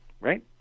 right